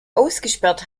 ausgesperrt